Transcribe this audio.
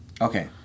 Okay